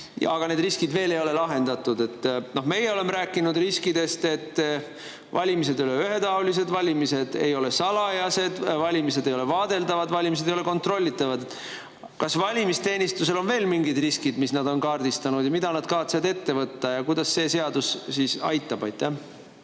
aga need riskid ei ole veel lahendatud. Meie oleme rääkinud riskidest: valimised ei ole ühetaolised, valimised ei ole salajased, valimised ei ole vaadeldavad, valimised ei ole kontrollitavad. Kas valimisteenistusel on teada veel mingid riskid, mida nad on kaardistanud, ja mida nad kavatsevad ette võtta ja kuidas see seadus siin aitab?